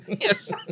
Yes